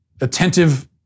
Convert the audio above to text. attentive